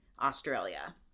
Australia